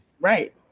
Right